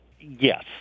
Yes